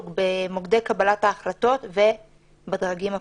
במוקדי קבלת ההחלטות ובדרגים הבכירים.